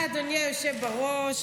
תודה, אדוני היושב בראש.